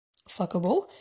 fuckable